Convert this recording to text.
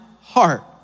heart